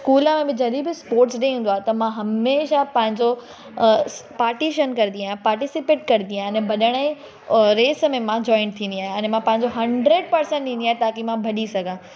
school में बि जॾहिं बि स्पोट्स डे ईंदो आहे त मां हमेशह पंहिंजो पार्टिशन कंदी आहियां पार्टिसीपेट कंदी आहियां अने भॼण जे रेस में मां जॉइन थींदी आहियां अने मां पंहिंजो हंड्रेड पर्सेंट ॾींदी आहियां ताकी मां भॼी सघां